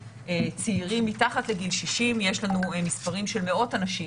צעירים מתחת לגיל 60 יש לנו מספרים של מאות אנשים